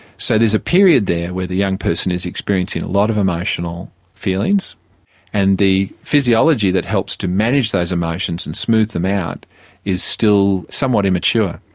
so there's a period there where the young person is experiencing a lot of emotional feelings and the physiology that helps to manage those emotions and smooth them out is still somewhat immature.